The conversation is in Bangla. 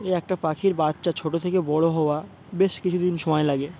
এই একটা পাখির বাচ্চা ছোটো থেকে বড়ো হওয়া বেশ কিছুদিন সময় লাগে